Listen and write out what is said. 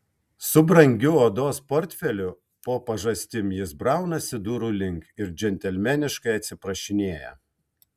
su brangiu odos portfeliu po pažastim jis braunasi durų link ir džentelmeniškai atsiprašinėja